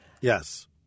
yes